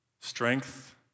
strength